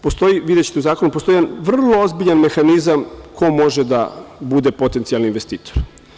Postoji, videćete u zakonu, postoji jedan vrlo ozbiljan mehanizam ko može da bude potencijalni investitor.